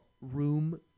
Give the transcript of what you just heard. room